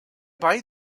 boy